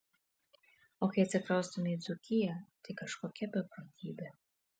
o kai atsikraustėme į dzūkiją tai kažkokia beprotybė